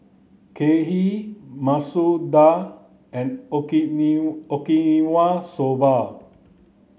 Kheer Masoor Dal and Okinawa Soba